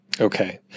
Okay